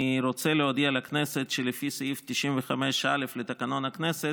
אני רוצה להודיע לכנסת שלפי סעיף 95(א) לתקנון הכנסת,